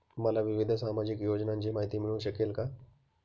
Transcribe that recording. मला विविध सामाजिक योजनांची माहिती मिळू शकेल का?